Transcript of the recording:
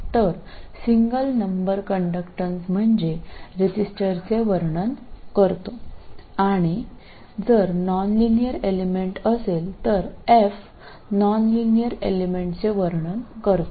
तर single number conductance म्हणजे रेझिस्टरचे वर्णन करतो आणि जर नॉनलिनियर एलिमेंट असेल तर f नॉनलिनियर एलिमेंटचे वर्णन करतो